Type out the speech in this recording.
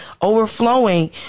overflowing